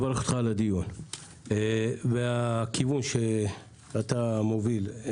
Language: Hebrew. ברכה על הדיון ועל הכיוון שאתה מוביל.